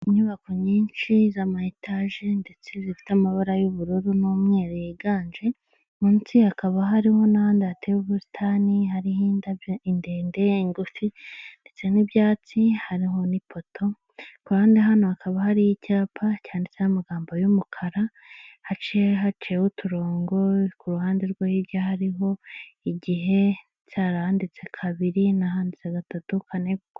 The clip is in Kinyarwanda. Inyubako nyinshi z'ama etaje ndetse zifite amabara y'ubururu n'umweru yiganje, munsi hakaba harimo n'ahandi hateye ubusitani, hariho indabyo indende, ingufi ndetse n'ibyatsi, hariho n'ipoto, Ku ruhande hano hakaba hari icyapa cyanditseho amagambo y'umukara, haciye haciyeho uturongo ku ruhande rwo hirya hariho igihe, hari ahanditse kabiri n'ahanditse gatatu, kane